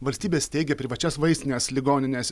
valstybė steigia privačias vaistines ligonines